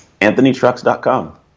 AnthonyTrucks.com